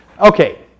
Okay